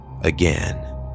again